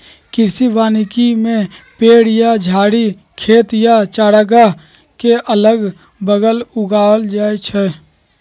कृषि वानिकी में पेड़ या झाड़ी खेत या चारागाह के अगल बगल उगाएल जाई छई